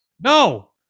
No